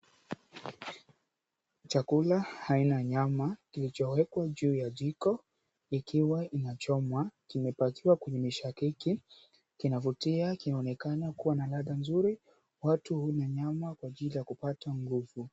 Chakula aina ya nyama kilichowekwa juu ya jiko ikiwa vinachomwa kimepachikwa kwenye mishakiki kinavutia, kinaonekana kua na ladha nzuri. Watu hula nyama kwa ajili ya kupata nguvu.